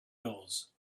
gulls